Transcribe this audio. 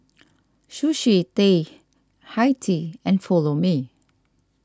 Sushi Tei Hi Tea and Follow Me